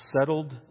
settled